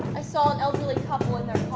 i saw an elderly couple in their